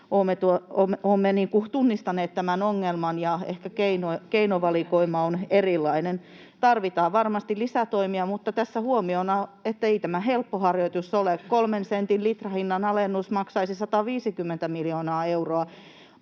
olemme tunnistaneet tämän ongelman ja ehkä keinovalikoima on erilainen. Tarvitaan varmasti lisätoimia, mutta tässä huomiona, että ei tämä helppo harjoitus ole: kolmen sentin litrahinnan alennus maksaisi 150 miljoonaa euroa,